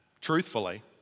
truthfully